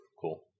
cool